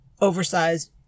oversized